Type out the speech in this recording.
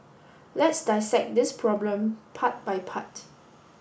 let's dissect this problem part by part